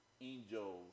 Angels